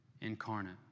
incarnate